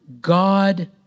God